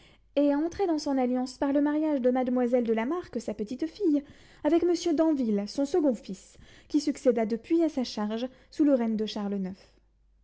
et à entrer dans son alliance par le mariage de mademoiselle de la marck sa petite fille avec monsieur d'anville son second fils qui succéda depuis à sa charge sous le règne de charles